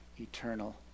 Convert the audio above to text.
eternal